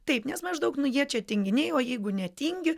taip nes maždaug nu jie čia tinginiai o jeigu netingi